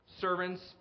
servants